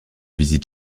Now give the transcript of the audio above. visitent